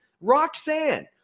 Roxanne